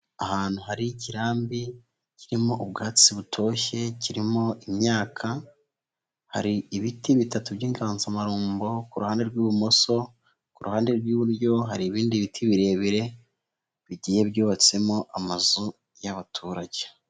Ahantu hari ikirambi kirimo ubwatsi butoshye, kirimo imyaka, hari ibiti bitatu by'inganzamarumbo, ku ruhande rw'ibumoso, ku ruhande rw'iburyo hari ibindi biti birebire bigiye byubatsemo amazu y'abaturage.